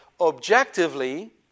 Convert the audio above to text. objectively